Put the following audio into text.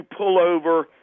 pullover